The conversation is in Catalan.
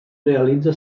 realitza